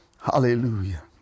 Hallelujah